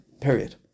period